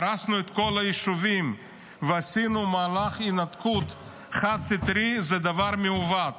הרסנו את כל היישובים ועשינו מהלך התנתקות חד-סטרי זה דבר מעוות.